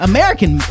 American